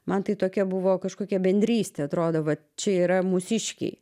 man tai tokia buvo kažkokia bendrystė atrodo vat čia yra mūsiškiai